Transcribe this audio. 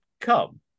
come